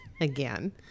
again